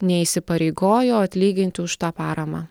neįsipareigojo atlyginti už tą paramą